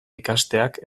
ikasteak